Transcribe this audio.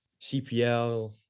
CPL